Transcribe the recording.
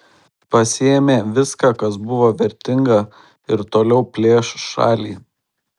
pasiėmė viską kas buvo vertinga ir toliau plėš šalį